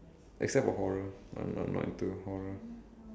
except for horror I'm I'm not into horror